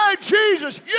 jesus